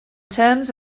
terms